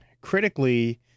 critically